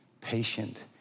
patient